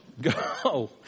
Go